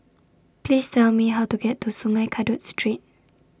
Please Tell Me How to get to Sungei Kadut Street